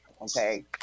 okay